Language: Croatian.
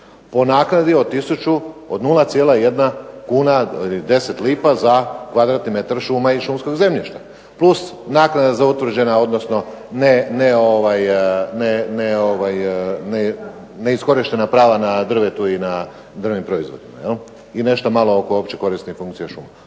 od tisuću od 0,1 kuna ili 10 lipa za kvadratni metar šuma i šumskog zemljišta plus naknada za utvrđena odnosno neiskorištena prava na drvetu i na drvnim proizvodima i nešto malo oko opće korisne funkcije šuma.